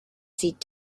sit